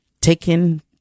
taken